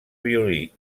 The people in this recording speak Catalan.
violí